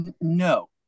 No